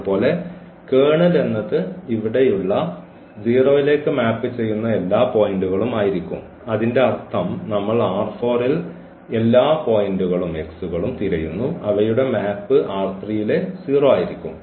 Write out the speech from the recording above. അതുപോലെ കേർണൽ എന്നത് ഇവിടെയുള്ള 0 ലേക്ക് മാപ്പ് ചെയ്യുന്ന എല്ലാ പോയിന്റുകളും ആയിരിക്കും അതിന്റെ അർത്ഥം നമ്മൾ ൽ എല്ലാ x പോയിന്റുകളും തിരയുന്നു അവയുടെ മാപ് ലെ 0 ആയിരിക്കും